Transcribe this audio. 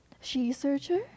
she-searcher